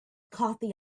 coffee